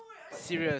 serious